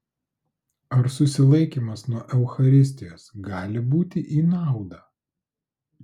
ar susilaikymas nuo eucharistijos gali būti į naudą